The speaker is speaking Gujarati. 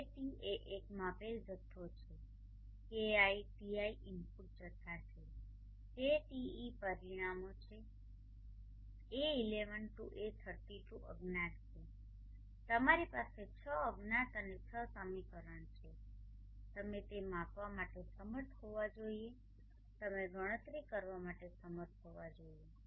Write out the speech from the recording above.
KT એ એક માપેલ જથ્થો છે xi τi ઇનપુટ જથ્થા છે KTe પરિમાણો છે a11 to a32 અજ્ઞાત છે તમારી પાસે 6 અજ્ઞાત અને 6 સમીકરણો છે તમે તે માપવા માટે સમર્થ હોવા જોઈએ તમે ગણતરી કરવા માટે સમર્થ હોવા જોઈએ